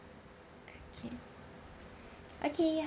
okay okay